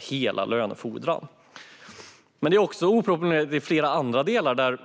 hela lönefordran. Även i flera andra delar går förslaget oproportionerligt långt.